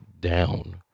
down